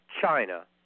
China